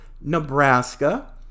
Nebraska